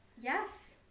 Yes